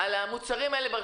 כמובן שלא אוכל להתייחס למקרה